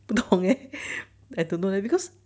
不懂 eh I don't know leh because